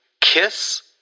kiss